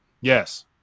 Yes